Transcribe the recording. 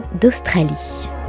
d'Australie